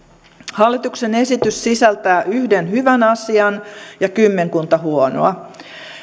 hallituksen esitys sisältää yhden hyvän asian ja kymmenkunta huonoa